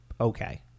okay